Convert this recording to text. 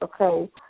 okay